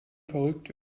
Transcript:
verrückt